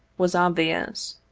was obvious.